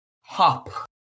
hop